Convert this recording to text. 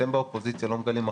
אז עכשיו האופוזיציה גוררת אותנו,